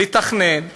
לתכנן,